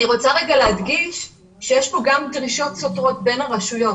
אני רוצה להדגיש שיש כאן גם דרישות סותרות בין הרשויות.